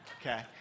Okay